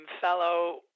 fellow